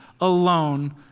alone